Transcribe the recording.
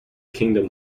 kingdom